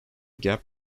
gap